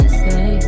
say